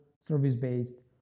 service-based